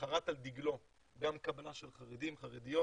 חרט על דגלו גם קבלה של חרדים וחרדיות,